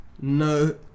no